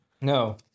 No